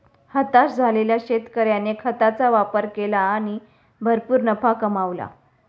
हताश झालेल्या शेतकऱ्याने खताचा वापर केला आणि भरपूर नफा कमावला